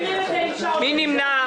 מי נמנע?